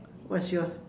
what's yours